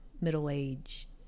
middle-aged